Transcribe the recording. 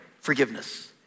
forgiveness